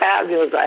fabulous